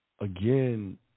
Again